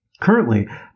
Currently